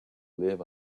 live